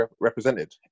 represented